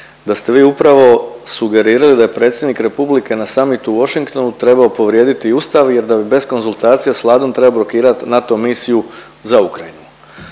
da ste vi upravo sugerirali da je predsjednik republike na summitu u Washingtonu, trebao povrijediti i Ustav jer da bi bez konzultacija s Vladom trebao blokirat NATO misiju za Ukrajinu.